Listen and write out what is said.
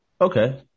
Okay